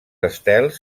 estels